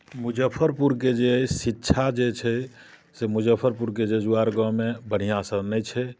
मुजफ्फरपुरके जे अछि शिक्षा जे छै से मुजफ्फरपुरके जजुआर गाममे बढ़िआँसँ नहि छै